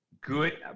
good